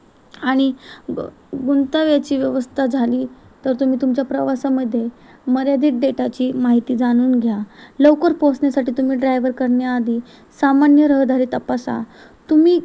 आणि ब गंतव्याची व्यवस्था झाली तर तुम्ही तुमच्या प्रवासामध्ये मर्यादित डेटाची माहिती जाणून घ्या लवकर पोहोचण्यासाठी तुम्ही ड्रायव्हर करण्याआधी सामान्य रहदारी तपासा तुम्ही